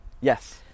Yes